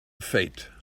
fate